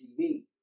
TV